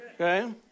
okay